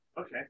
Okay